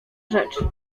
rzecz